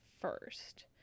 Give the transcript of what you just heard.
first